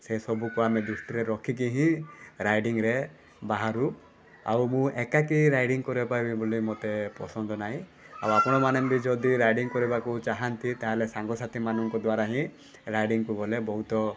ସେ ସବୁକୁ ଆମେ ଦୃଷ୍ଟିରେ ରଖିକି ହିଁ ରାଇଡ଼ିଙ୍ଗରେ ବାହାରୁ ଆଉ ମୁଁ ଏକାକୀ ରାଇଡ଼ିଙ୍ଗ୍ କରିବାପାଇଁ ବୋଲି ପସନ୍ଦ ନାଇଁ ଆଉ ଆପଣମାନେ ଯଦି ରାଇଡ଼ିଙ୍ଗ୍ କରିବାକୁ ଚାହାଁନ୍ତି ତାହେଲେ ସାଙ୍ଗସାଥୀମାନଙ୍କ ଦ୍ୱାରାହିଁ ରାଇଡ଼ିଙ୍ଗକୁ ଗଲେ ବହୁତ